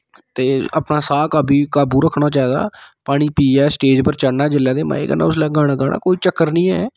ते अपना साह् बाकी काबू रखना चाहिदा पानी पीऐ स्टेज पर चढ़ना जिसलै मजे कन्नै गाना गाना कोई गल्ल निं ऐ कोई चक्कर निं ऐ